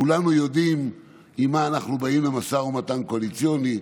כולנו יודעים עם מה אנחנו באים למשא ומתן קואליציוני,